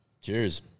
Cheers